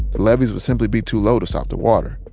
the levees would simply be too low to stop the water.